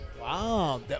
Wow